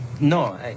No